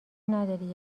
نداری